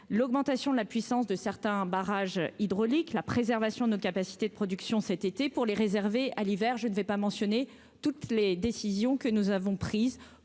l'augmentation de la puissance de certains barrages hydrauliques, la préservation de nos capacités de production cet été pour les réserver à l'hiver, je ne vais pas mentionné toutes les décisions que nous avons prises